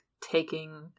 taking